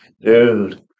Dude